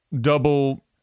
Double